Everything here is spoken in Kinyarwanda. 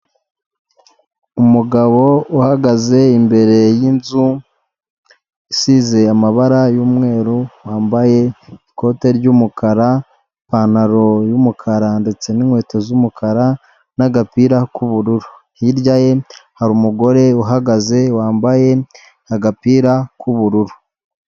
Umugabo uhagaze imbere y'inzu isize amabara y'umweru, wambaye ikoti ry'umukara, ipantaro y'umukara ndetse n'inkweto z'umukara n'agapira k'ubururu, hirya ye hari umugore uhagaze wambaye agapira k'ubururu.